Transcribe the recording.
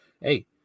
hey